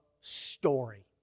story